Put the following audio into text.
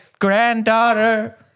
granddaughter